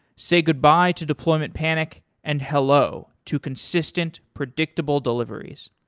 say goodbye to deployment panic and hello to consistent, predictable deliveries.